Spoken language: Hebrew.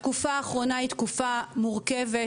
התקופה האחרונה היא תקופה מורכבת,